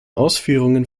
ausführungen